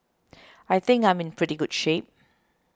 I think I'm in pretty good shape